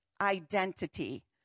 identity